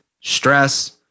stress